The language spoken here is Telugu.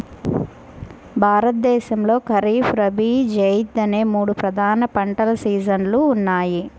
భారతదేశంలో ఖరీఫ్, రబీ, జైద్ అనే మూడు ప్రధాన పంటల సీజన్లు ఉన్నాయి